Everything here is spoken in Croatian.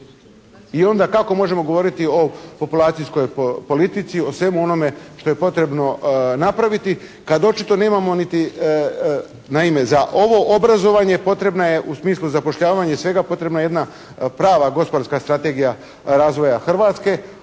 i onda kako možemo govoriti o populacijskoj politici, o svemu onome što je potrebno napraviti kad očito nemamo niti. Naime, za ovo obrazovanje potrebna je u smislu zapošljavanja i svega potrebna je jedna prava gospodarska strategija razvoja Hrvatske,